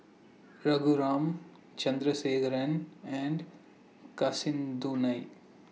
Raghuram Chandrasekaran and Kasinadhuni